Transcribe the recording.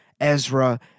Ezra